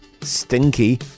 Stinky